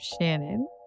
Shannon